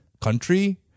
country